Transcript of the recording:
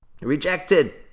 rejected